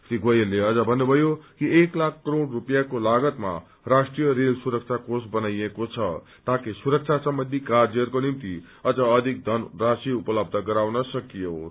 श्री गोयलले अझ थन्नुभयो कि एक ताख करोड़ स्पियाँको लागतमा राष्ट्रिय रेल सुरक्षा कोष बनाइएको छ ताकि सुरक्षा सम्बन्धी कार्यहरूको निम्ति अझ अधिक धनराशि उपलब्ध गराउन सकियोस्